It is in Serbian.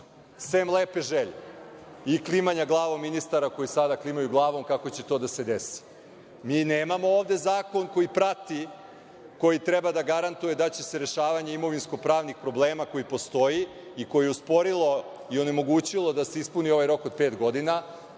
sem lepe želje i klimanja glavom ministara koji sada klimaju glavom kako će to da se desi? Mi nemamo ovde zakon koji prati, koji treba da garantuje da će se rešavanje imovinsko-pravnih problema, koji postoji i koji je usporio i onemogućio da se ispuni ovaj rok od pet godina,